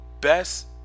best